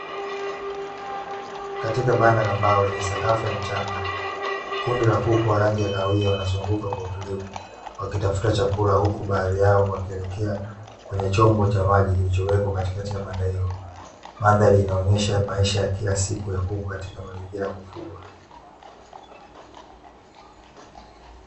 Katika banda la mbao lenye sakafu ya mchanga, kundi la kuku wa rangi ya kahawia wanazunguka kwa utulivu, wakitafuta chakula, huku baadhi yao wakielekea kwenye chombo cha maji kilichowekwa katikati ya banda hilo. Mandhari inaonyesha maisha ya kila siku ya kuku katika mazingira ya kufugwa.